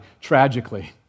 tragically